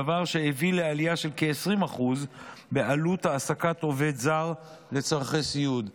דבר שהביא לעלייה של כ-20% בעלות העסקת עובד זר לצורכי סיעוד.